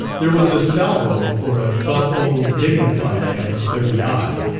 there was a salvo for a thoughtful, dignified man of thirty-odd,